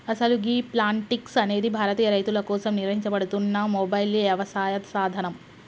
అసలు గీ ప్లాంటిక్స్ అనేది భారతీయ రైతుల కోసం నిర్వహించబడుతున్న మొబైల్ యవసాయ సాధనం